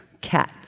cat